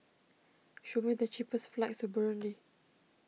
show me the cheapest flights to Burundi